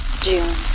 June